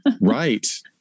Right